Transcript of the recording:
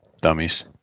Dummies